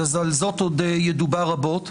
על זאת עוד ידובר רבות.